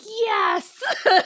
yes